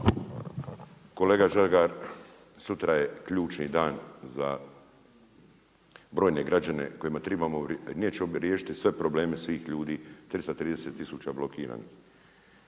Kolega Žagar, sutra je ključni dan za brojne građane tribamo, nećemo riješiti sve probleme svih ljudi 330 tisuća blokiranih,